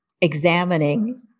examining